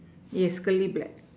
yes curly black